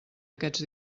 aquests